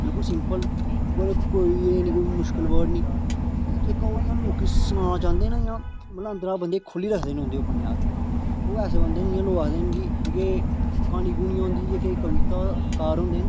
बिल्कुल सिंपल मतलब कोई एह् नेईं कोई मुश्कल बर्ड नेईं जेहका हो इ'यां लोके गी सनाना चांहदे ना इ'यां अंदरा खोह्लियै आखदे न उं'दे उपन्यास ओह् आखदे न कि जेहके क्हानी क्हूनी होंदी जेहकी कविता कार होंदे ना